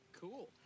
Cool